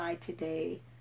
today